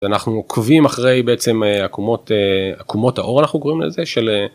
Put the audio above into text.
אנחנו עוקבים אחרי בעצם עקומות עקומות האור אנחנו קוראים לזה של.